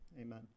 Amen